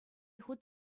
хут